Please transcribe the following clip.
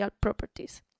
properties